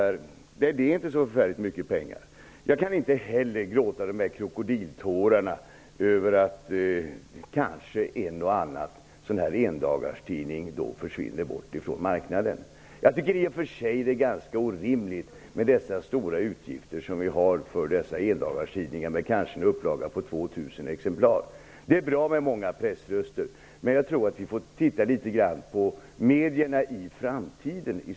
Nej, det är inte så förfärligt mycket pengar. Jag kan inte heller fälla några krokodiltårar över att en och annan endagarstidning kanske försvinner från marknaden. Det är ganska orimligt att vi har så stora utgifter för dessa endagarstidningar, som kanske har en upplaga på 2 000 exemplar. Visst är det bra med många pressröster, men jag tror att vi i stället måste titta litet grand på medierna i framtiden.